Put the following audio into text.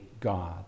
God